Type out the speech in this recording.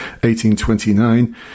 1829